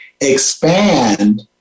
expand